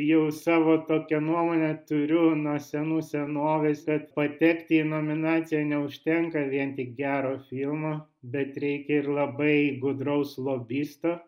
jau savo tokią nuomonę turiu nuo senų senovės kad patekti į nominaciją neužtenka vien tik gero filmo bet reikia ir labai gudraus lobisto